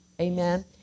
Amen